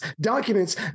Documents